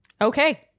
okay